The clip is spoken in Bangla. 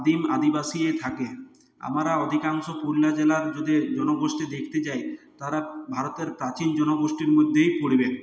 আদিম আদিবাসীরা থাকে আমরা অধিকাংশ পুরুলিয়া জেলার যদি জনগোষ্ঠী দেখতে যাই তারা ভারতের প্রাচীন জনগোষ্ঠীর মধ্যেই পড়বে